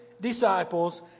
disciples